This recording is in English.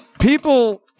people